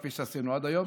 כפי שעשינו עד היום.